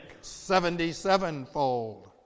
seventy-sevenfold